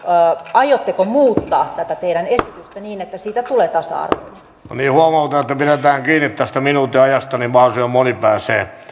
aiotteko muuttaa tätä teidän esitystänne niin että siitä tulee tasa arvoinen huomautan että pidetään kiinni tästä minuutin ajasta niin että mahdollisimman moni pääsee